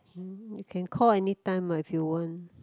hmm you can call any time uh what if you want